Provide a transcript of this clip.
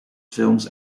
films